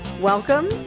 Welcome